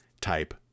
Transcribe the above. type